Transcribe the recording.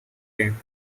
game